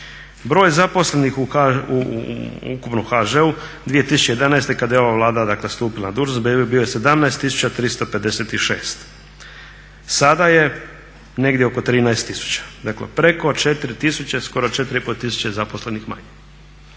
Broj zaposlenih ukupno u HŽ-u 2011. kada je ova Vlada dakle stupila na dužnost bio je 17 tisuća 356. Sada je negdje oko 13 tisuća. Dakle preko 4 tisuće, skoro 4,5 tisuće zaposlenih manje.